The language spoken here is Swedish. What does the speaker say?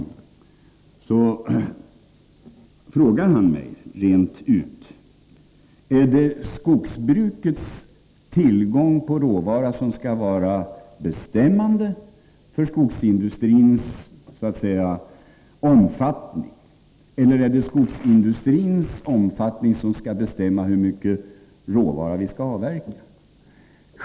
Han frågar mig rent ut: Är det skogsbrukets tillgång på råvara som skall vara bestämmande för skogsindustrins omfattning eller är det skogsindustrins omfattning som skall bestämma hur mycket råvara vi skall avverka?